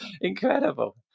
incredible